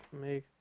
make